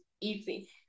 easy